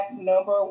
number